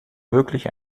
wirklich